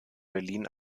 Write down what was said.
berlin